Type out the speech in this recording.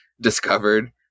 discovered